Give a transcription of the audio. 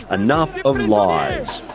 enough of lies.